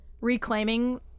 reclaiming